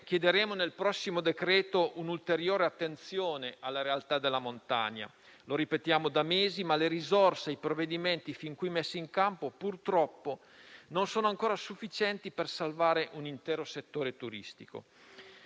provvedimento chiederemo un'ulteriore attenzione alla realtà della montagna. Lo ripetiamo da mesi, ma le risorse dei provvedimenti fin qui messi in campo purtroppo non sono ancora sufficienti per salvare un intero settore turistico.